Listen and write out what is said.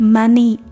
money